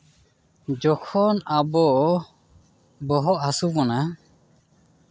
ᱡᱚᱠᱷᱚᱱ ᱟᱵᱚ ᱵᱚᱦᱚᱜ ᱦᱟᱹᱥᱩ ᱵᱚᱱᱟ